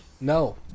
No